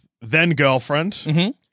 then-girlfriend